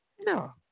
No